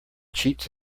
cheats